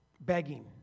begging